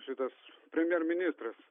šitas premjerministras